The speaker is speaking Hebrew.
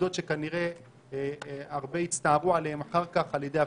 עובדות שכנראה הרבה יצטערו עליהן אחר כך על ידי הפלסטינים.